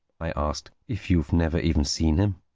i asked if you've never even seen him?